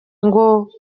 ngo